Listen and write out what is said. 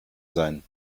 sein